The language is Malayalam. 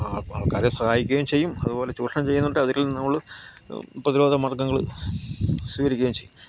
ആൾക്കാരെ സഹായിക്കുകയും ചെയ്യും അതുപോലെ ചൂഷണം ചെയ്യുന്നുണ്ട് അതിൽനിന്ന് നമ്മൾ പ്രതിരോധമാർഗ്ഗങ്ങൾ സ്വീകരിക്കുകയും ചെയ്യും